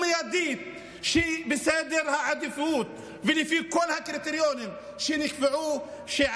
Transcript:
שמיידית בסדר העדיפויות ולפי כל הקריטריונים שנקבעו,